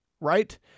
right